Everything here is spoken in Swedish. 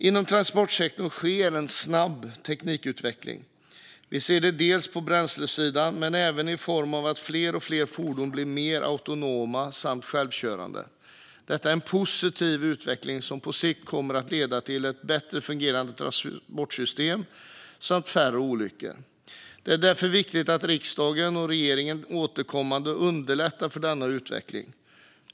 Inom transportsektorn sker en snabb teknikutveckling. Vi ser det dels på bränslesidan, dels i form av att fler och fler fordon blir mer autonoma samt självkörande. Detta är en positiv utveckling som på sikt kommer att leda till ett bättre fungerande transportsystem samt färre olyckor. Det är därför viktigt att riksdagen och regeringen återkommande underlättar denna utveckling.